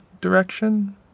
direction